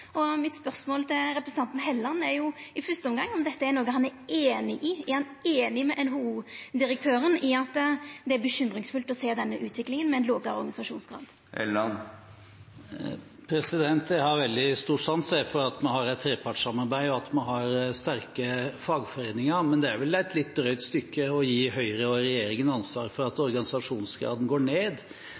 kriminalitet. Mitt spørsmål til representanten Helleland er i fyrste omgang om dette er noko han er einig i – er han einig med NHO-direktøren i at det er bekymringsfullt å sjå denne utviklinga med ein lågare organisasjonsgrad? Jeg har veldig stor sans for at vi har et trepartssamarbeid, og at vi har sterke fagforeninger. Men det er vel et litt drøyt stykke å gi Høyre og regjeringen ansvar for at organisasjonsgraden går ned.